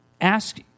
ask